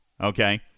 Okay